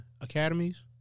Academies